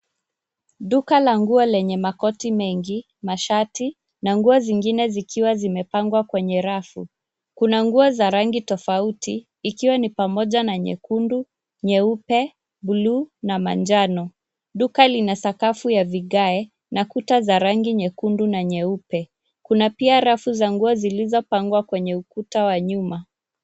Duka la nguo lenye makoti mengi, mashati na nguo zingine zikiwa zimepangwa kwenye rafu. Kuna nguo za rangi tofauti ikiwa ni pamoja na nyekundu, nyeupe, buluu na manjano. Duka lina sakafu ya vigae na kuta za rangi nyekundu na nyeupe. Kuna pia rafu za nguo zilizopangwa kwenye ukuta wa nyuma.